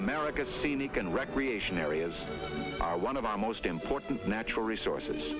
america's scenic and recreation areas are one of our most important natural resources